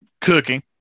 cooking